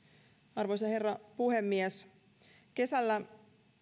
arvoisa herra puhemies kesällä